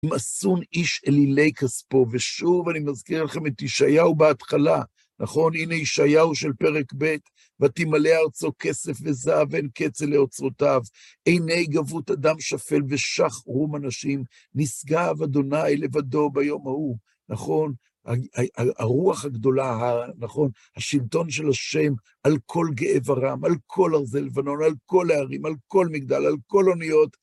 "... ימאסון איש אלילי כספו", ושוב, אני מזכיר לכם את ישעיהו בהתחלה, נכון? הנה ישעיהו של פרק ב', "ותמלא ארצו כסף וזהב, ואין קצה לאוצרותיו. עיני גבות אדם שפל ושח רום אנשים, ונשגב אדוני לבדו ביום ההוא". נכון? הרוח הגדולה, נכון? השלטון של השם, על כל גאה ורם, על כל ארזי לבנון, על כל הערים, על כל מגדל, על כל אוניות...